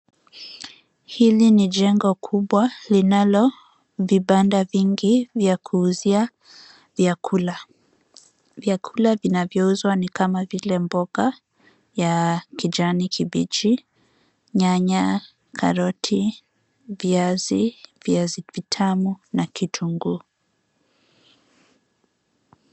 Hili ni jengo kubwa linalo vibanda vingi vya kuuzia vyakula. Vyakula vinavyokulwa ni kama vile mboga ya kijani kibichi, nyanya, karoti ,viazi, viazi vitamu na kitunguu.